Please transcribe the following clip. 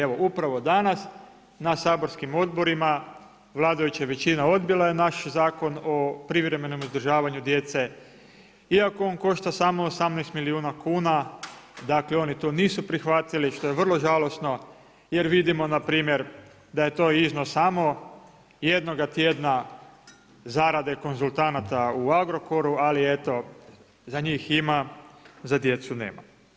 Evo upravo danas na saborskim odborima, vladajuća većina odbila je naš Zakon o privremenom uzdržavanju djece iako on košta samo 18 milijuna kuna, dakle oni to nisu prihvatili što je vrlo žalosno jer vidimo na primjer da je to iznos samo jednoga tjedna zarade konzultanata u Agrokoru ali eto, za njih ima, za djecu nema.